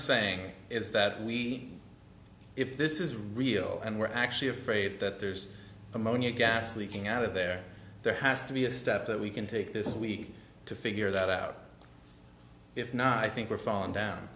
saying is that we if this is real and we're actually afraid that there's ammonia gas leaking out of there there has to be a step that we can take this week to figure that out if not i think we're falling down